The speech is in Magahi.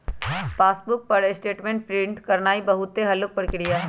पासबुक पर स्टेटमेंट प्रिंट करानाइ बहुते हल्लुक प्रक्रिया हइ